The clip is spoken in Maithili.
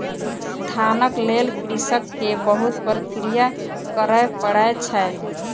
धानक लेल कृषक के बहुत प्रक्रिया करय पड़ै छै